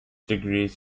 degrees